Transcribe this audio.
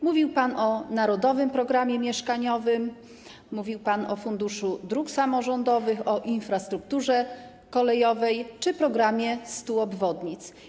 Mówił pan o narodowym programie mieszkaniowym, mówił pan o Funduszu Dróg Samorządowych, o infrastrukturze kolejowej czy programie 100 obwodnic.